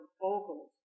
vocals